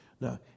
Now